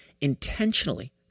intentionally